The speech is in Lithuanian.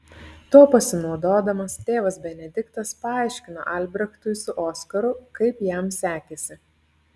tuo pasinaudodamas tėvas benediktas paaiškino albrechtui su oskaru kaip jam sekėsi